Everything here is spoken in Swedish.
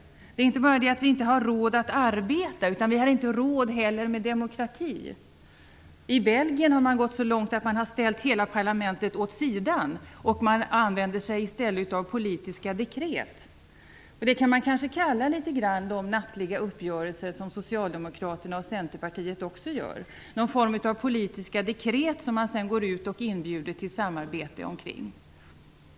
Det är inte bara det att vi inte har råd att arbeta utan vi har inte heller råd med demokrati. I Belgien har man gått så långt att man har ställt hela parlamentet åt sidan. I stället använder man sig av politiska dekret. Man kan kanske säga att de nattliga uppgörelser som Socialdemokraterna och Centerpartiet gör gäller någon form av politiska dekret som man sedan går ut och inbjuder till samarbete omkring.